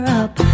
up